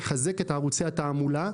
לחזק את ערוצי התעמולה,